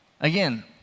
Again